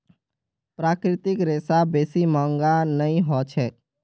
प्राकृतिक रेशा बेसी महंगा नइ ह छेक